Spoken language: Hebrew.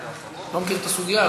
אני לא מכיר את הסוגיה,